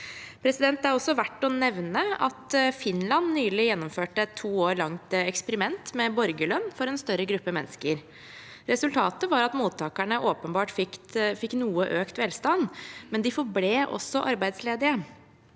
arbeidslivet. Det er også verdt å nevne at Finland nylig gjennomførte et to år langt eksperiment med borgerlønn for en større gruppe mennesker. Resultatet var at mottakerne åpenbart fikk noe økt velstand, men de forble arbeidsle dige.